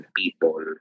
people